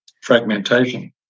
fragmentation